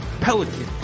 Pelican